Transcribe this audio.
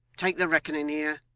take the reckoning here